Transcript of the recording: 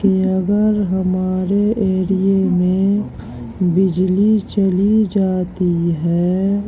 کہ اگر ہمارے ایریے میں بجلی چلی جاتی ہے